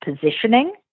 positioning